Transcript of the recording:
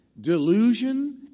delusion